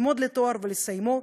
ללמוד לתואר ולסיימו,